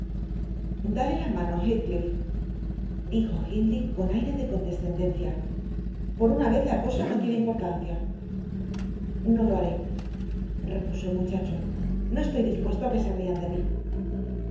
dale la mano heathcliff dijo hindley con aire de condescendencia por una vez la cosa no tiene importancia no lo haré repuso el muchacho no estoy dispuesto a que se rían de mí